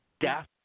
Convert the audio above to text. death